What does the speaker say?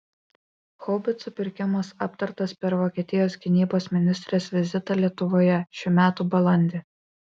haubicų pirkimas aptartas per vokietijos gynybos ministrės vizitą lietuvoje šių metų balandį